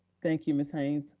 thank you, ms. haynes.